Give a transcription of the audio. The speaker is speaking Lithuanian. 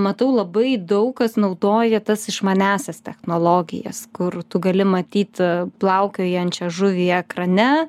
matau labai daug kas naudoja tas išmaniąsias technologijas kur tu gali matyt plaukiojančią žuvį ekrane